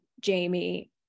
Jamie